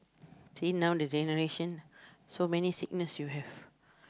see now the generation so many sickness you have